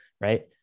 right